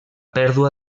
pèrdua